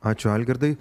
ačiū algirdai